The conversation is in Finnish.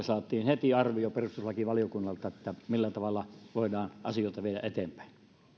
heti arvio perustuslakivaliokunnalta millä tavalla voidaan asioita viedä eteenpäin